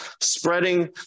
spreading